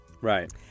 Right